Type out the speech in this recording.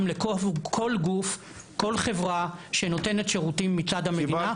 לכול גוף וכל חברה שנותנת שירותים מצד המדינה.